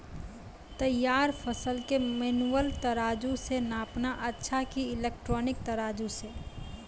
तैयार फसल के मेनुअल तराजु से नापना अच्छा कि इलेक्ट्रॉनिक तराजु से?